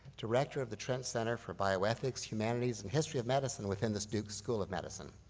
director of the trent center for bioethics, humanities, and history of medicine within the duke school of medicine.